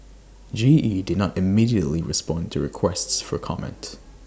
G E did not immediately respond to requests for comment